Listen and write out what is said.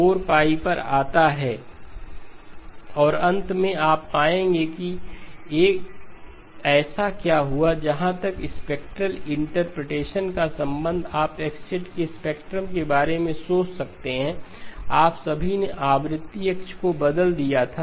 और अंत में आप पाएंगे कि एक ऐसा क्या हुआ है जहाँ तक स्पेक्ट्रल इंटरप्रिटेशन का संबंध है कि आप X के स्पेक्ट्रम के बारे में सोच सकते हैं आप सभी ने आवृत्ति अक्ष को बदल दिया था